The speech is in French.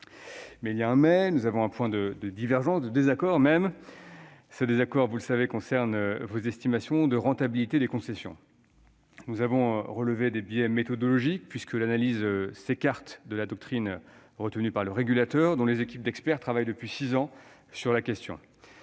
car il y a un « mais » -nous avons un point de divergence, voire de désaccord, qui concerne vos estimations de rentabilité des concessions. Nous avons d'abord relevé des biais méthodologiques, puisque l'analyse s'écarte de la doctrine retenue par le régulateur, dont les équipes d'experts travaillent depuis six ans sur la question.